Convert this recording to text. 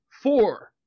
four